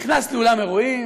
נכנס לאולם אירועים,